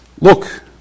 look